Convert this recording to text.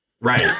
right